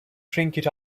trinket